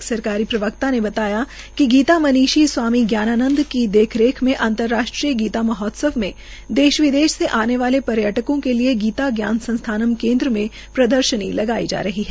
एक सरकारी प्रवक्ता ने बताया कि गीता मनीषी स्वामी ज्ञानानंद की देखरेख में अंतर्राष्ट्रीय गीता महोत्सव में देश विदेश से आने वाले पर्यटकों के लिए गीता जान संस्थानम केन्द्र में प्रदर्शनी लगाई जा रही है